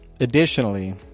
Additionally